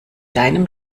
deinem